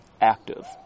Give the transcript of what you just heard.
active